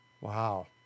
Wow